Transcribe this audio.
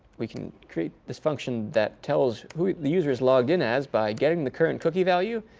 we can create this function that tells who the user is logged in as by getting the current cookie value.